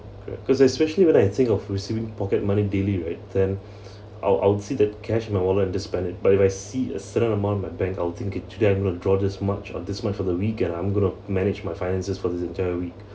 because especially when I think of receiving pocket money daily right then I'll I'll see the cash in my wallet and just spend it but if I see a certain amount in my bank I'll think it then I'll withdraw this much uh this much for the weekend I'm going to manage my finances for this entire week